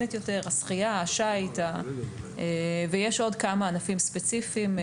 גלישה מצוקים; רכיבה על סוסים; ויש עוד כמה ענפים ספציפיים.